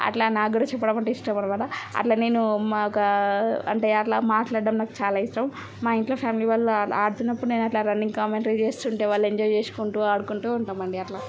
అట్ల నాకు కూడా చెప్పడం అంటే ఇష్టం అన్నమాట అట్ల నేను మాక అంటే అట్లా మాట్లాడటం నాకు చాలా ఇష్టం మా ఇంట్లో ఫ్యామిలీ వాళ్ళు ఆడుతున్నప్పుడు నేను అట్లా రన్నింగ్ కామెంట్రీ చేస్తుంటే వాళ్ళు ఎంజాయ్ చేసుకుంటూ ఆడుకుంటూ ఉంటాము అండీ అట్లా